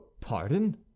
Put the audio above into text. pardon